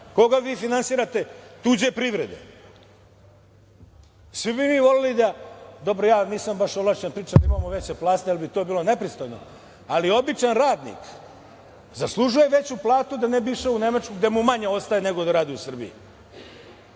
Koga vi finansirate? Tuđe privrede. Svi bi mi voleli, dobro ja nisam baš ovlašćen da pričam imamo veće plate, jer bi to bilo nepristojno, ali običan radnik zaslužuje veću platu da ne bi išao u Nemačku, gde mu manje ostaje nego da radi u Srbiji.